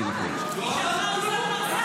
יש גבול.